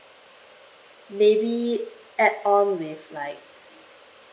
maybe add on with like